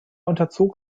unterzog